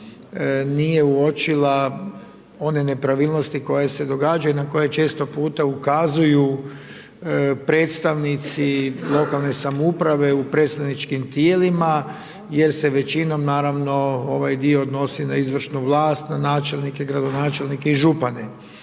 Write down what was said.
nije uočila one nepravilnosti koje se događaju i na koje često puta ukazuju predstavnici lokalne samouprave u predstavničkim tijelima, jer se većinom naravno, ovaj dio odnosi na izvršnu vlast, na načelnike, gradonačelnike i župane.